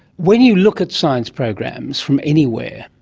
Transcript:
when you look at science programs from anywhere,